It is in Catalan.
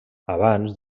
abans